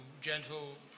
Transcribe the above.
gentle